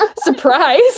Surprise